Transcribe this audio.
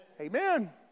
Amen